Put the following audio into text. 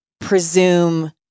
presume